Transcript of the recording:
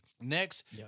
next